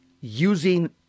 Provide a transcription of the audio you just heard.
using